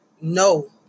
No